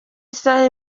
isaha